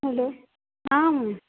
hello हा